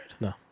No